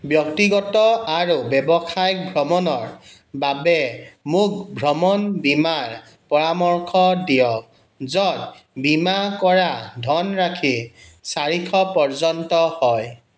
ব্যক্তিগত আৰু ব্যৱসায়িক ভ্ৰমণৰ বাবে মোক ভ্ৰমণ বীমাৰ পৰামৰ্শ দিয়ক য'ত বীমা কৰা ধনৰাশি চাৰিশ পৰ্যন্ত হয়